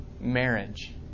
marriage